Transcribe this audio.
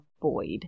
void